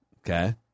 Okay